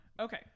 Okay